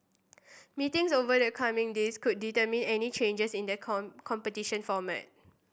meetings over the coming days could determine any changes in the competition format